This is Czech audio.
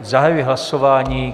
Zahajuji hlasování.